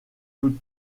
toute